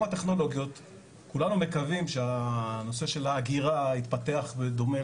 כולנו מקווים שהנושא של האגירה יתפתח בדומה